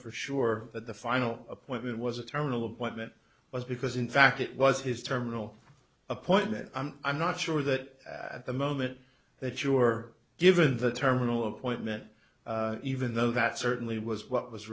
for sure that the final appointment was a terminal appointment was because in fact it was his terminal appointment i'm not sure that at the moment that you're given the terminal appointment even though that certainly was what was